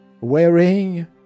wearing